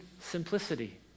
simplicity